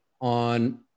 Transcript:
on